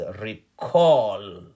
recall